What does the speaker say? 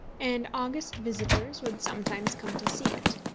and august visitors would sometimes come to see it.